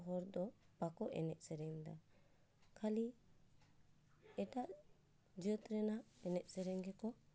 ᱫᱚ ᱦᱚᱲ ᱫᱚ ᱵᱟᱠᱚ ᱮᱱᱮᱡ ᱥᱮᱨᱮᱧᱫᱟ ᱠᱷᱟᱹᱞᱤ ᱮᱴᱟᱜ ᱡᱟᱹᱛ ᱨᱮᱱᱟᱜ ᱮᱱᱮᱡ ᱥᱮᱨᱮᱧ ᱜᱮᱠᱚ